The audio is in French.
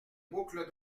boucles